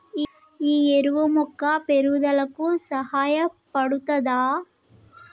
ఈ ఎరువు మొక్క పెరుగుదలకు సహాయపడుతదా?